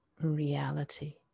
reality